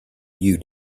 you